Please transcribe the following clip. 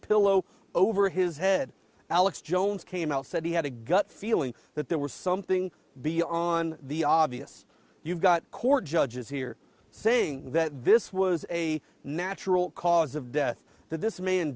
pillow over his head alex jones came out said he had a gut feeling that there was something be on the obvious you've got court judges here saying that this was a natural cause of death that this man